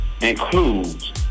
includes